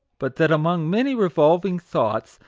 but that among many revolving thoughts,